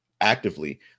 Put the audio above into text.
actively